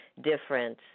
difference